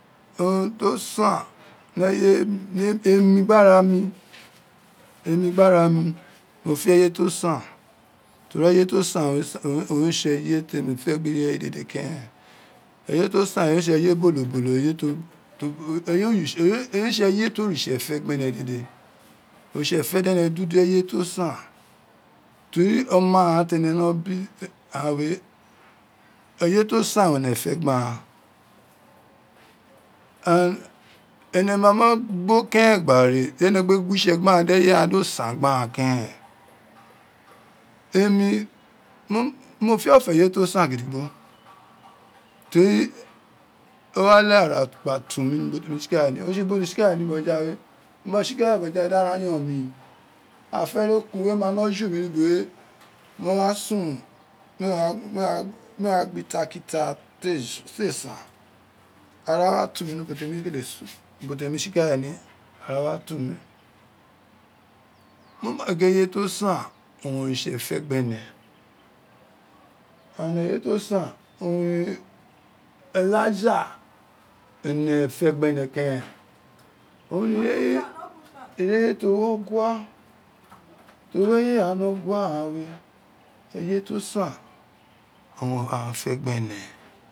Urun to san we ye ni emi biri ara mi emi biriara mi mo fe eye tosen teri eye tosan oun re tse eye temi fe gbe ireye dede keren eye to san owun re tseye bolobolo eyi eyi re tse eye ti oritse fe gbe ene dede oritse fe dene do udo eye to san tori oma ghan tene no bi ghan we eye to san owun ene fe gbe gjan andbene ma mo gbo keren gba re dene kpe gwitse gbagjan di eye aghan do san gbe aghan keren emi mo fifo eye to san gidi gbo teri owa leghe ara gba tun mi ni ubo temi tsikale ni otsitsi biri mo tsikale ni ubowe botojaiwe mo ma tsikale bojaiwe dara yon mi afere okun we ma no ju we ni ubowe mo ma sun mee wa gbo ita ki ta tee san ara wa tunmi ni ubo temi kele sun ni ubo temi tsikale ni ara wa tun mi moma gin eye tosan oeun oritse fe gbe ne and eye ta san owun olaja ene fe gbe ne keren ireye to wo gha tiwo ri ye ghan ni ogua ghan we eye to san owan aghan fe gbe ne and eye to san owun olaja ene fe gbe ne keren ireye to wo gha teiwo ri ireye ghan no ogua ghan we eye to san owan aghan fe gbe ne